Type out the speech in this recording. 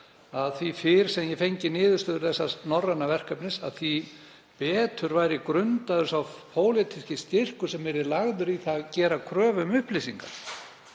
að því fyrr sem ég fengi niðurstöður þessa norræna verkefnis, því betur væri grundaðar sá pólitíski styrkur sem yrði lagður í það að gera kröfu um upplýsingar.